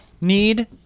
need